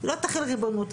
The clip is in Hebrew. לא תחיל ריבונות,